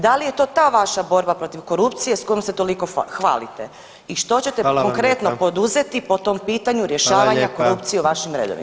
Da li je to ta vaša borba protiv korupcije s kojom se toliko hvalite i što ćete [[Upadica: Hvala vam lijepa.]] konkretno poduzeti po tom pitanju rješavanja [[Upadica: Hvala lijepa.]] korupcije u vašim redovima.